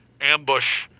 ambush